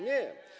Nie.